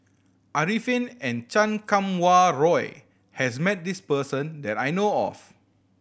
Arifin and Chan Kum Wah Roy has met this person that I know of